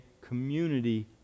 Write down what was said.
Community